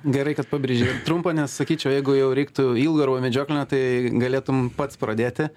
gerai kad pabrėžei trumpą nes sakyčiau jeigu jau reiktų ilgo arba medžioklinio tai galėtum pats pradėti